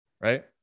right